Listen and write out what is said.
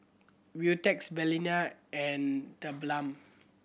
Beautex Balina and TheBalm